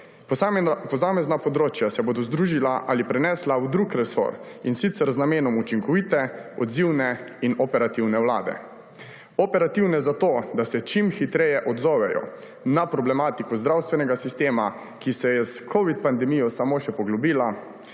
Posamezna področja se bodo združila ali prenesla v drug resor, in sicer z namenom učinkovite, odzivne in operativne vlade. Operativne zato, da se čim hitreje odzovejo na problematiko zdravstvenega sistema, ki se je s covid pandemijo samo še poglobila;